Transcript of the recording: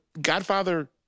godfather